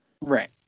Right